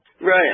Right